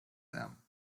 them